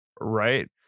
Right